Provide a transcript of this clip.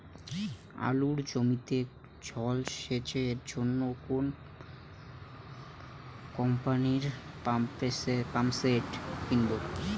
আলুর জমিতে জল সেচের জন্য কোন কোম্পানির পাম্পসেট কিনব?